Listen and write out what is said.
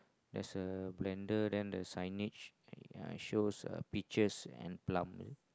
there's a blender then the signature ya it's show a picture and plum